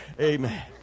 Amen